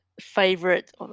favorite